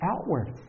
outward